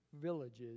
villages